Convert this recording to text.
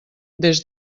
des